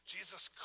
Jesus